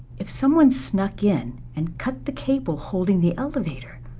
if someone snuck in and cut the cable holding the elevator,